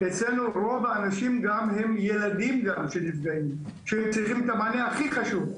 אצלנו רוב הנפגעים הם ילדים שצריכים את המענה הכי חשוב.